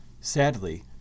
Sadly